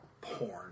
porn